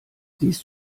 siehst